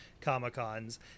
Comic-Cons